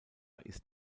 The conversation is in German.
ist